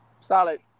Solid